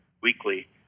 weekly